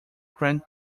grand